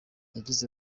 yagize